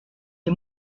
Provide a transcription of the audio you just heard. est